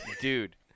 Dude